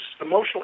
emotional